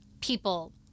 people